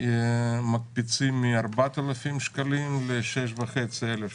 מ-4,000 שקלים ל-6,500 שקל.